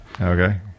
Okay